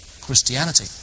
Christianity